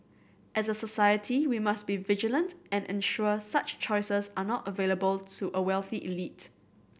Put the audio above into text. as a society we must be vigilant and ensure such choices are not available to a wealthy elite